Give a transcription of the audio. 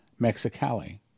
Mexicali